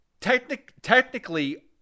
Technically